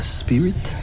spirit